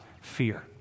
fear